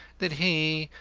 that he,